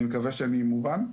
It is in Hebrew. אני מקווה שאני מובן?